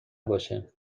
باشه